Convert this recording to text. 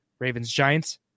Ravens-Giants